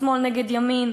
שמאל נגד ימין,